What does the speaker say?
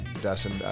Dustin